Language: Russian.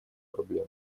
проблем